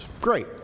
Great